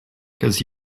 cause